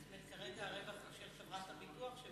זה הרווח של חברת הביטוח?